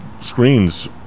screens